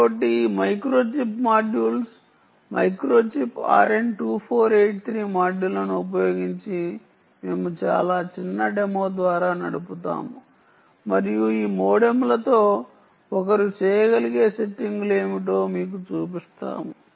కాబట్టి ఈ microchip modules microchip RN2483 మాడ్యూళ్ళను ఉపయోగించి మేము చాలా చిన్న డెమో ద్వారా నడుపుతాము మరియు ఈ మోడెమ్లతో ఒకరు చేయగలిగే సెట్టింగులు ఏమిటో మీకు చూపిస్తాము